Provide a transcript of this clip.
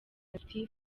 ati